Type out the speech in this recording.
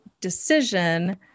decision